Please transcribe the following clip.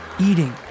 eating